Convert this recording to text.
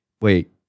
wait